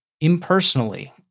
impersonally